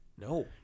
No